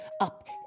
up